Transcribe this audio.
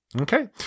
okay